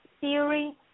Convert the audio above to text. theory